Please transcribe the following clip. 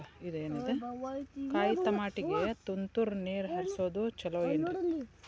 ಕಾಯಿತಮಾಟಿಗ ತುಂತುರ್ ನೇರ್ ಹರಿಸೋದು ಛಲೋ ಏನ್ರಿ?